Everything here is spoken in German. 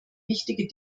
wichtige